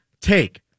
take